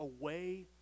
away